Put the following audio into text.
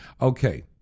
Okay